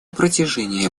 протяжении